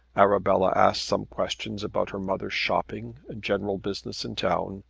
arabella asked some questions about her mother's shopping and general business in town,